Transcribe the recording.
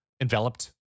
enveloped